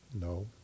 No